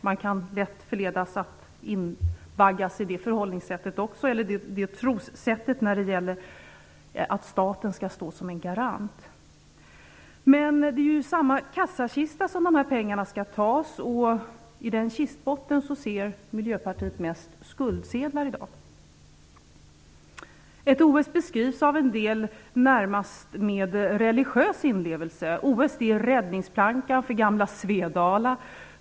Man kan lätt invaggas i den tron när det gäller att staten skall stå som garant. Men det är ju samma kassakista som de här pengarna skall tas ur. På den kistbottnen ser Miljöpartiet mest skuldsedlar i dag. Ett OS beskrivs av en del med närmast religiös inlevelse. OS är räddningsplankan för gamla Svedala.